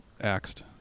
axed